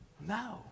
No